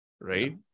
right